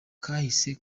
kahise